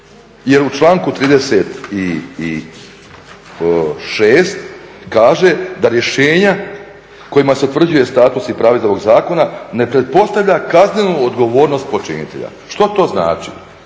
Jer u članku 36. kaže da rješenja kojima se utvrđuju status i prava iz ovog zakona ne pretpostavlja kaznenu odgovornost počinitelja. Što to znači?